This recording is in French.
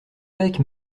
bec